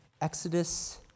Exodus